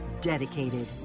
Dedicated